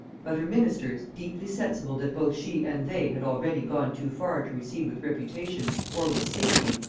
but her ministers, deeply sensible that both she and they had already gone too far to recede with reputation or with safety,